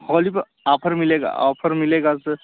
होली पर ऑफर मिलेगा ऑफर मिलेगा सर